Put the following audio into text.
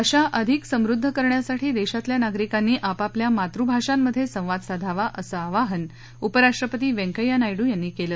भाषा अधिक समृद्ध करण्यासाठी देशातल्या नागरिकांनी आपापल्या मातृभाषांमध्ये संवाद साधावा असं आवाहन उपराष्ट्रपती व्यंकय्या नायडू यांनी केलं